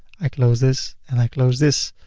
i close this and i close this.